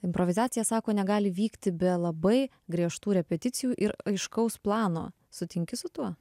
improvizacija sako negali vykti be labai griežtų repeticijų ir aiškaus plano sutinki su tuo